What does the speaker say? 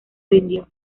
rindió